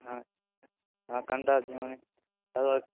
हँ हँ कनिटा ध्यान हँ